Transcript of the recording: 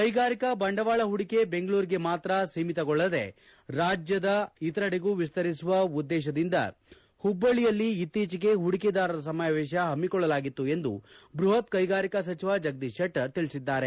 ಕೈಗಾರಿಕಾ ಬಂಡವಾಳ ಹೂಡಿಕೆ ಬೆಂಗಳೂರಿಗೆ ಮಾತ್ರ ಸೀಮಿತಗೊಳ್ಳದೆ ರಾಜ್ಯದ ಇತರೆಡೆಗೂ ವಿಸ್ತರಿಸುವ ಉದ್ದೇಶದಿಂದ ಹುಬ್ಬಳ್ಳಯಲ್ಲಿ ಇತ್ತೀಚೆಗೆ ಹೂಡಿಕೆದಾರರ ಸಮಾವೇಶ ಹಮ್ಮಿಕೊಳ್ಳಲಾಗಿತ್ತು ಎಂದು ಬೃಹತ್ ಕೈಗಾರಿಕಾ ಸಚಿವ ಜಗದೀಶ್ ಶೆಟ್ಟರ್ ತಿಳಿಸಿದ್ದಾರೆ